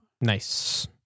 Nice